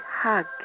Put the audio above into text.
hug